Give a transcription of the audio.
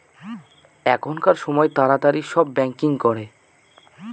এখনকার সময় তাড়াতাড়ি সব ব্যাঙ্কিং করে